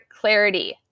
clarity